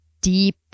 deep